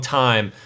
time